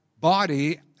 body